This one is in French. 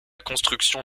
construction